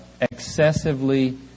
excessively